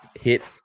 hit